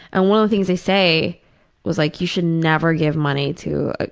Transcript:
and one of the things they say was like you should never give money to. ah